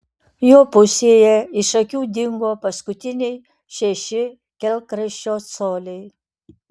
jo pusėje iš akių dingo paskutiniai šeši kelkraščio coliai